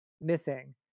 missing